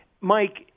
Mike